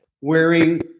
wearing